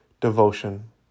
Devotion